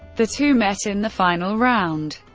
the two met in the final round.